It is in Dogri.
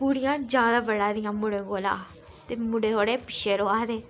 कुड़ियां ज्यादा पढ़ा दियां मुड़े कोला ते मुड़े थोह्ड़े पिच्छै रवै दे